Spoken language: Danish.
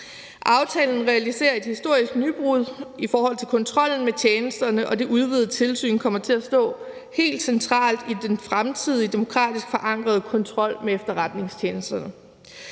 Aftalen realiserer et historisk nybrud i forhold til kontrollen med tjenesterne, og det udvidede tilsyn kommer til at stå helt centralt i den fremtidige demokratisk forankrede kontrol med efterretningstjenesterne.